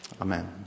Amen